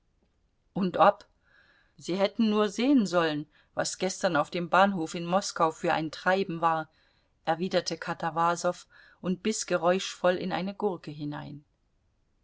und ob sie hätten nur sehen sollen was gestern auf dem bahnhof in moskau für ein treiben war erwiderte katawasow und biß geräuschvoll in eine gurke hinein